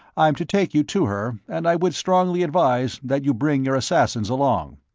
i'm to take you to her, and i would strongly advise that you bring your assassins along.